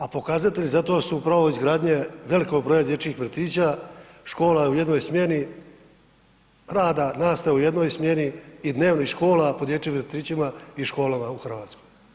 A pokazatelji za to su upravo izgradnje velikog broja dječjih vrtića, škola u jednoj smjeni, rada, nastave u jednoj smjeni i dnevnih škola po dječjim vrtićima i ... u Hrvatskoj.